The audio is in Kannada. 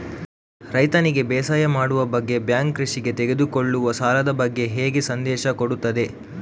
ರೈತನಿಗೆ ಬೇಸಾಯ ಮಾಡುವ ಬಗ್ಗೆ ಬ್ಯಾಂಕ್ ಕೃಷಿಗೆ ತೆಗೆದುಕೊಳ್ಳುವ ಸಾಲದ ಬಗ್ಗೆ ಹೇಗೆ ಸಂದೇಶ ಕೊಡುತ್ತದೆ?